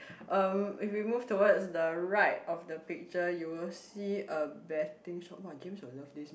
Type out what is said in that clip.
um if we move towards the right of the picture you will see a betting shop !wah! James will love this man